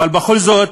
אבל בכל זאת,